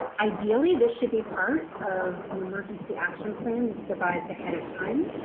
ideally this should be part of an emergency action plan that is devised ahead of time,